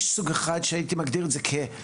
יש סוג אחד שאותו הייתי מגדיר כ"עממי",